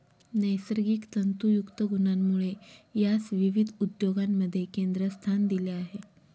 नैसर्गिक तंतुयुक्त गुणांमुळे यास विविध उद्योगांमध्ये केंद्रस्थान दिले आहे